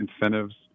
incentives